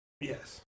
Yes